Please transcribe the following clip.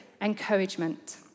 encouragement